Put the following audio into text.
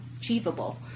achievable